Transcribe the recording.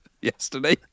Yesterday